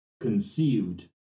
conceived